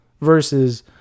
versus